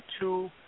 two